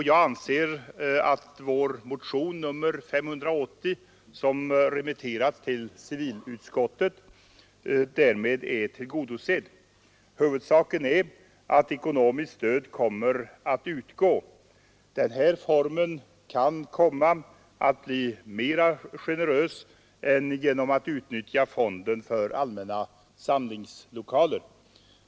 Jag anser att syftet med vår motion nr 580, som remitterats till civilutskottet, därmed är tillgodosett. Huvudsaken är att ekonomiskt stöd kommer att utgå. Den här bidragsformen kan komma att bli mera generös än ett utnyttjande av fonden för allmänna samlingslokaler.